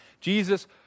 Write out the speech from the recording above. Jesus